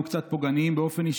אני מקווה,